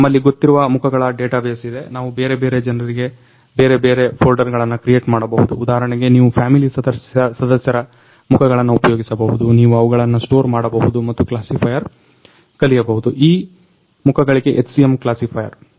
ನಮ್ಮಲ್ಲಿ ಗೊತ್ತಿರುವ ಮುಖಗಳ ಡಾಟಬೇಸ್ ಇದೆ ನಾವು ಬೇರೆ ಬೇರೆ ಜನರಿಗೆ ಬೇರೆ ಬೇರೆ ಫೋಲ್ಡರ್ಗಳನ್ನ ಕ್ರಿಯೇಟ್ ಮಾಡಬಹುದು ಉಧಾಹರಣೆಗೆ ನೀವು ಫ್ಯಾಮಿಲಿ ಸದಸ್ಯರ ಮುಖಗಳನ್ನ ಉಪಯೋಗಿಸಬಹುದು ನೀವು ಅವುಗಳನ್ನ ಸ್ಟೋರ್ ಮಾಡಬಹುದು ಮತ್ತು ಕ್ಲಾಸಿಫೈಯರ್ ಕಲಿಯಬಹುದು ಆ ಮುಖಗಳಿಗೆ HCM ಕ್ಲಾಸಿಫೈಯರ್